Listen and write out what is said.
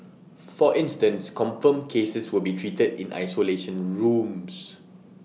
for instance confirmed cases will be treated in isolation rooms